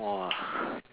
!wah!